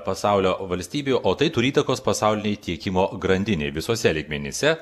pasaulio valstybių o tai turi įtakos pasaulinei tiekimo grandinei visuose lygmenyse